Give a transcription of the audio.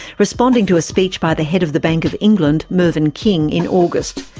responding to a speech by the head of the bank of england, mervyn king, in august.